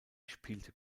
spielte